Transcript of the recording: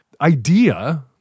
idea